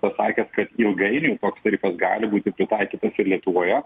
pasakęs kad ilgainiui tarifas gali būti pritaikytas lietuvoje